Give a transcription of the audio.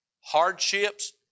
Hardships